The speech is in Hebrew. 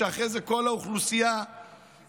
שאחרי זה כל האוכלוסייה תשלם